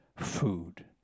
food